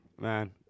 man